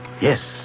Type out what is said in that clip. Yes